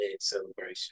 celebration